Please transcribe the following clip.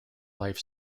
life